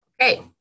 Okay